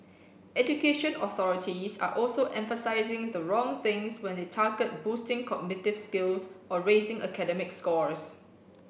education authorities are also emphasising the wrong things when they target boosting cognitive skills or raising academic scores